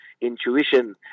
intuition